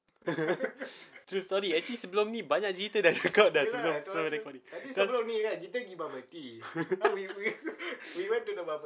true story actually sebelum ni banyak cerita dah cakap